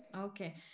Okay